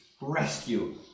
rescue